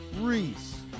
Reese